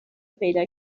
پیدا